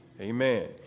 Amen